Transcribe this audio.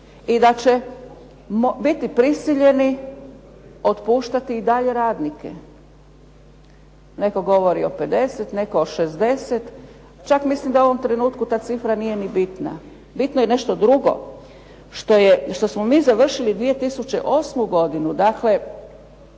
i da ćemo biti prisiljeni otpuštati i dalje radnike. Netko govori o 50, netko o 60 čak mislim da u ovom trenutku ta cifra nije ni bitna, bitno je nešto drugo. Što smo mi završili 2008. godinu dakle